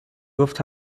گفت